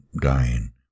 dying